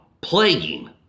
plaguing